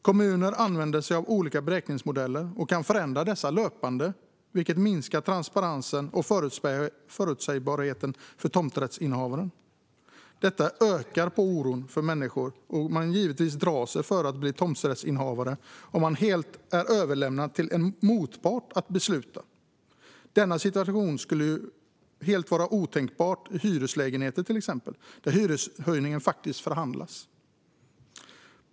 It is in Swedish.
Kommuner använder sig av olika beräkningsmodeller och kan förändra dessa löpande, vilket minskar transparensen och förutsägbarheten för tomträttsinnehavaren. Detta ökar människors oro, och givetvis drar man sig för att bli tomträttsinnehavare om man är helt utlämnad till en motpart som beslutar. Denna situation skulle vara helt otänkbar när det gäller till exempel hyreslägenheter där hyreshöjningar faktiskt förhandlas.